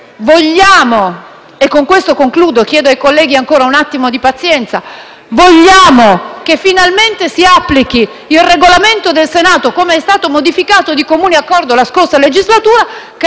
vogliamo - e con questo concludo e chiedo ai colleghi ancora un attimo di pazienza - che finalmente si applichi il Regolamento del Senato come è stato modificato di comune accordo la scorsa legislatura,